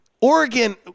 Oregon